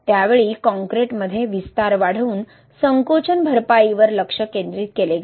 त्या वेळी कॉंक्रिटमध्ये विस्तार वाढवून संकोचन भरपाईवर लक्ष केंद्रित केले गेले